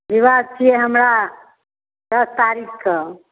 विवाह छियै हमरा दस तारीखकेँ